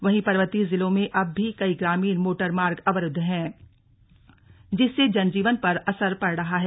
वहीं पर्वतीय जिलों में अब भी कई ग्रामीण मोटरमार्ग अवरुद्द हैं जिससे जनजीवन पर असर पड़ रहा है